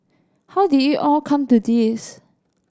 how did it all come to this